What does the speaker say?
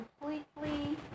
completely